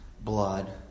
blood